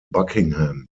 buckingham